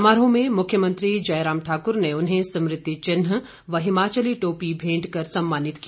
समारोह में मुख्यमंत्री जयराम ठाक्र ने उन्हें स्मृति चिन्ह व हिमाचली टोपी भेंट कर सम्मानित किया